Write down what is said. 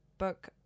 book